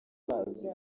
bazi